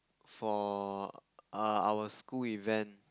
for uh our school event